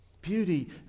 beauty